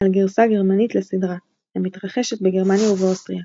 על גרסה גרמנית לסדרה, המתרחשת בגרמניה ובאוסטריה.